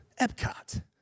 Epcot